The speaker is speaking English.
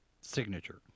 signature